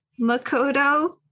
Makoto